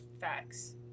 Facts